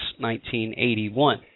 1981